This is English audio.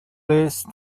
less